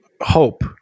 hope